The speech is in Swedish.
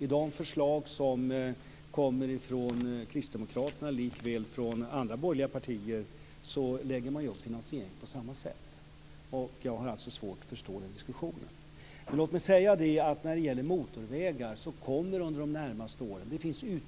I de förslag som kommer från kristdemokraterna, likaväl som från andra borgerliga partier, lägger man upp finansieringen på samma sätt. Jag har alltså svårt att förstå diskussionen. Men låt mig säga att under de närmaste åren